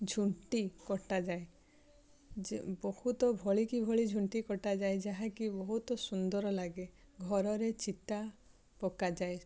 ଝୁଣ୍ଟି କଟାଯାଏ ବହୁତ ଭଳି କି ଭଳି ଝୁଣ୍ଟି କଟାଯାଏ ଯାହାକି ବହୁତ ସୁନ୍ଦର ଲାଗେ ଘରରେ ଚିତା ପକାଯାଏ